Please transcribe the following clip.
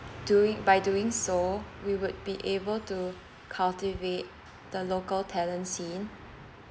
doing by doing so we would be able to cultivate the local talents scene